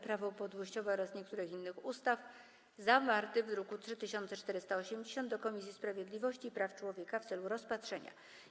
Prawo upadłościowe oraz niektórych innych ustaw, zawarty w druku nr 3480, do Komisji Sprawiedliwości i Praw Człowieka w celu rozpatrzenia.